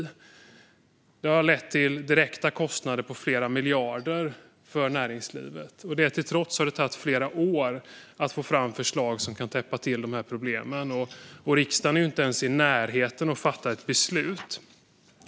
Det har lett till direkta kostnader på flera miljarder för näringslivet. Trots det har det tagit flera år att få fram förslag som kan täppa till problemen. Riksdagen är inte ens i närheten av att fatta ett beslut.